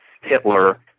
Hitler